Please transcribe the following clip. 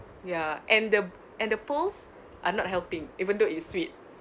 ya and the and the pearls are not helping even though it sweet